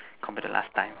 compared to last time